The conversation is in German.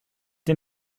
den